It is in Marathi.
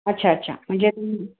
अच्छा अच्छा म्हणजे तुम्ही